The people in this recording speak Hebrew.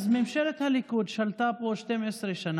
אז ממשלת הליכוד שלטה פה 12 שנה,